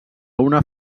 una